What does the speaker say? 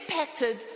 impacted